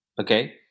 Okay